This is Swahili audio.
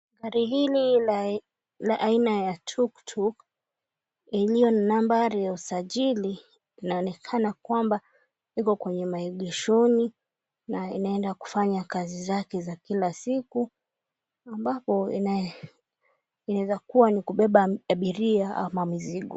Gari hili la aina ya tuktuk iliyo na nambari ya usajili inaonekana kwamba Iko kwenye maegeshoni na inaenda kufanya kazi zake za kila siku ambapo inaeza kuwa ni kubeba abiria ama mizigo.